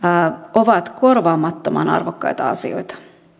ovat korvaamattoman arvokkaita asioita